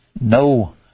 No